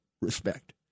respect